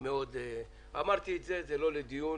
אמרתי שזה לא לדיון,